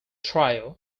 trio